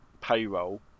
payroll